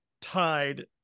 tied